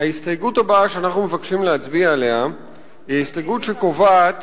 ההסתייגות הבאה שאנחנו מבקשים להצביע עליה היא הסתייגות שקובעת